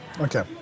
okay